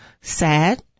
sad